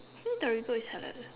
hmm Torigo is halal